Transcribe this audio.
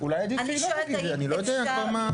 אני שואלת האם אפשר לקשור את זה --- אני לא יודע כבר מה.